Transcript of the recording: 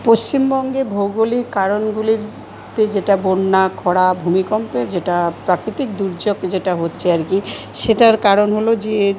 পশ্চিমবঙ্গে ভৌগোলিক কারণগুলিতে যেটা বন্যা খরা ভূমিকম্পের যেটা প্রাকৃতিক দুর্যোগ যেটা হচ্ছে আর কী সেটার কারণ হল যে